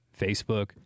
Facebook